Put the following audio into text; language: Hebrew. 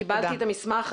קיבלתי את המסמך.